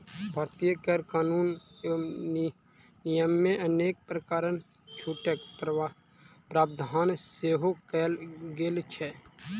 भारतीय कर कानून एवं नियममे अनेक प्रकारक छूटक प्रावधान सेहो कयल गेल छै